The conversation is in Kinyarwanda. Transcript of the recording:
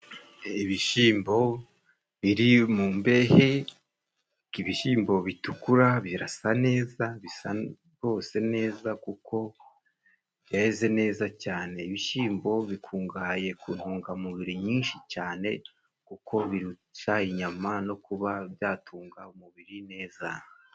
Ibishyimbo biri mu mbehe, ibishyimbo bitukura, birasa neza, bisa rwose neza kuko byeze neza cyane. Ibishyimbo bikungahaye ku ntungamubiri nyinshi cyane kuko birusha inyama no kuba byatunga umubiri neza.